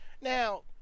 Now